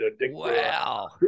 Wow